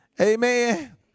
Amen